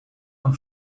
uma